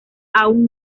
aún